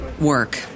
work